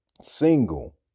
single